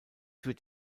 wird